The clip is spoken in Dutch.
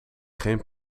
geen